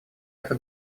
это